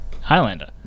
Highlander